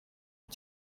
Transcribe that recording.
ari